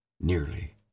Nearly